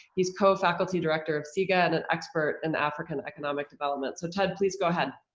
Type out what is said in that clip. he's co-faculty director of cega and an expert in african economic development. so ted, please go ahead.